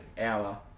Hour